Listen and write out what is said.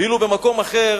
ואילו במקום אחר